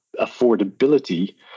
affordability